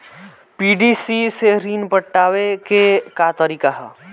PDC से ऋण पटावे के का तरीका ह?